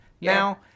now